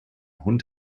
hund